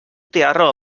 tiarró